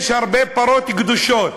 יש הרבה פרות קדושות.